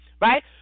right